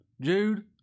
Jude